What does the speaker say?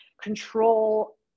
control